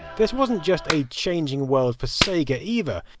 this wasn't just a changing world for sega either,